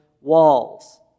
walls